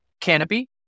canopy